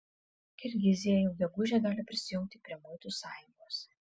kirgizija jau gegužę gali prisijungti prie muitų sąjungos